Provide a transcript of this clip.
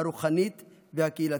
הרוחנית והקהילתית.